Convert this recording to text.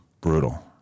Brutal